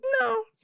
No